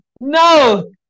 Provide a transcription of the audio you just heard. No